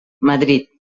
madrid